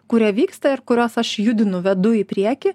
kurie vyksta ir kuriuos aš judinu vedu į priekį